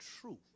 truth